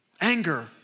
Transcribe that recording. Anger